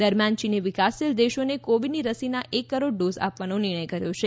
દરમ્યાન ચીને વિકાસશીલ દેશોને કોવિડની રસીના એક કરોડ ડોઝ આપવાનો નિર્ણય કર્યો છે